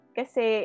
kasi